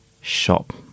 shop